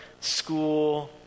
school